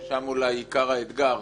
ששם אולי עיקר האתגר,